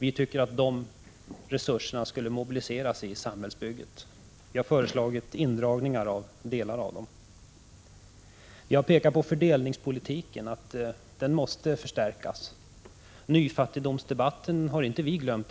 Vi tycker att dessa skall mobiliseras i samhällsbygget. Vi har också föreslagit indragningar av delar av dess Vi har sagt att fördelningspolitiken måste förstärkas. Nyfattigdomsdebatten har i alla fall vi inte glömt.